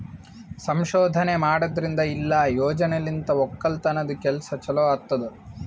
ಸಂಶೋಧನೆ ಮಾಡದ್ರಿಂದ ಇಲ್ಲಾ ಯೋಜನೆಲಿಂತ್ ಒಕ್ಕಲತನದ್ ಕೆಲಸ ಚಲೋ ಆತ್ತುದ್